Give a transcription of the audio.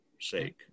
sake